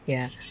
ya